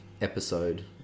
episode